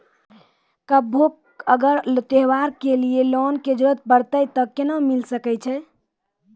कभो अगर त्योहार के लिए लोन के जरूरत परतै तऽ केना मिल सकै छै?